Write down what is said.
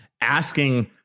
asking